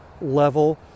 level